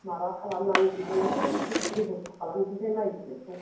माबा खालामनानै बिदिनो एसे बेबस्था खालामफिननोसै माइ गिदिरखौ